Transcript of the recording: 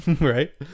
right